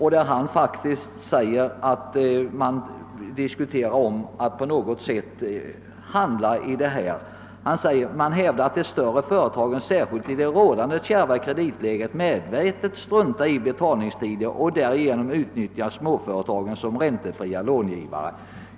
Han säger att de större företagen särskilt i det rådande kärva kreditläget medvetet struntar i betalningstider och därigenom utnyttjar småföretagen som räntefria långivare.